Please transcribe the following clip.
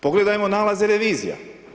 Pogledajmo nalaze revizija.